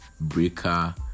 breaker